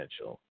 potential